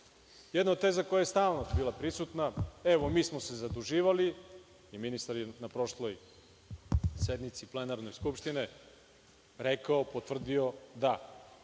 od teza koja je stalno bila prisutna – evo, mi smo se zaduživali i ministar je na prošloj sednici Skupštine rekao, potvrdio da